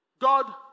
God